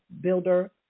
Builder